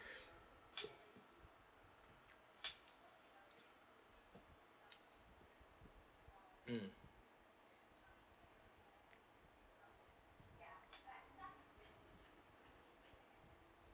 mm